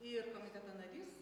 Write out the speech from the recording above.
ir komiteto narys